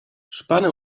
spanne